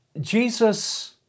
Jesus